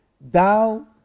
thou